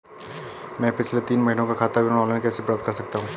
मैं पिछले तीन महीनों का खाता विवरण ऑनलाइन कैसे प्राप्त कर सकता हूं?